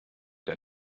der